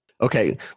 Okay